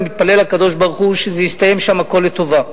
אני מתפלל לקדוש-ברוך-הוא שזה יסתיים שם הכול לטובה.